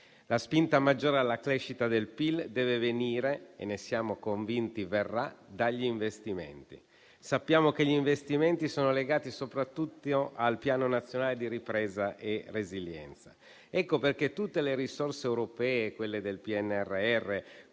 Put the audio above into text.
La spinta maggiore alla crescita del PIL deve venire - e ne siamo convinti verrà - dagli investimenti. Sappiamo che gli investimenti sono legati soprattutto al Piano nazionale di ripresa e resilienza. Ecco perché tutte le risorse europee, quelle del PNRR,